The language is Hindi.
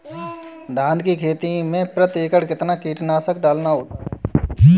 धान की खेती में प्रति एकड़ कितना कीटनाशक डालना होता है?